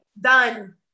done